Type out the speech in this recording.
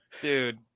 Dude